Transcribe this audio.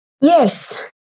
Yes